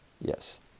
Yes